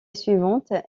suivante